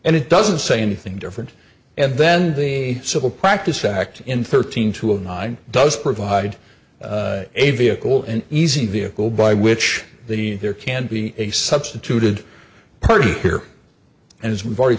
and it doesn't say anything different and then the civil practice act in thirteen two of nine does provide a vehicle and easy vehicle by which the there can be a substituted party here and as we've already